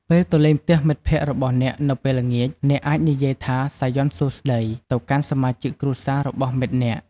ពេលទៅលេងផ្ទះមិត្តភក្តិរបស់អ្នកនៅពេលល្ងាច អ្នកអាចនិយាយថា "សាយ័ន្តសួស្តី" ទៅកាន់សមាជិកគ្រួសាររបស់មិត្តអ្នក។